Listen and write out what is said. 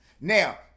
Now